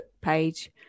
page